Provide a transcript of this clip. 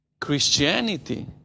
Christianity